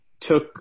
took